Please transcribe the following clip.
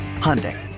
Hyundai